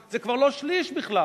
זה כבר לא שליש בכלל,